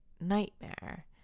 nightmare